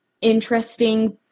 interesting